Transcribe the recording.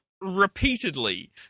repeatedly